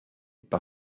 par